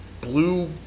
blue